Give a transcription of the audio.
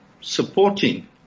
supporting